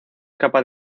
capaz